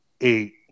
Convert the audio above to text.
eight